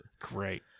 Great